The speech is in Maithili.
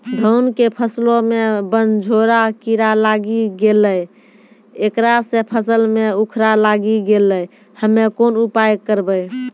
धान के फसलो मे बनझोरा कीड़ा लागी गैलै ऐकरा से फसल मे उखरा लागी गैलै हम्मे कोन उपाय करबै?